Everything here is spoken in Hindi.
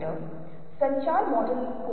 तो वास्तव में इससे क्या मतलब है